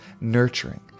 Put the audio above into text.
nurturing